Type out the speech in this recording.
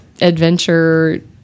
adventure